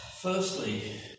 Firstly